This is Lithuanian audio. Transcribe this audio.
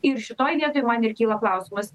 ir šitoj vietoj man ir kyla klausimas